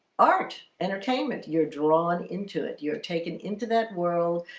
art entertainment you're drawn into it you're taken into that world.